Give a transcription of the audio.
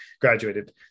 graduated